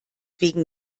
wegen